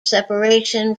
separation